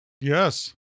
Yes